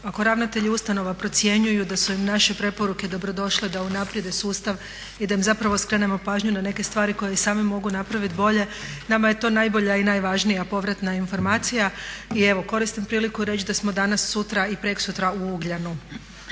ako ravnatelji ustanova procjenjuju da su im naše preporuke dobro došle, da unaprijede sustav i da im zapravo skrenemo pažnju na neke stvari koje i sami mogu napraviti bolje nama je to najbolja i najvažnija povratna informacija. I evo, koristim priliku reći da smo danas, sutra i preksutra u Ugljanu